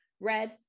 red